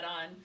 on